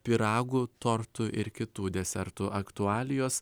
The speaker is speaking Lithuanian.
pyragų tortų ir kitų desertų aktualijos